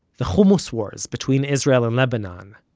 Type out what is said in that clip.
the hummus wars between israel and lebanon.